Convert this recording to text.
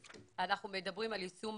מדבר על יישום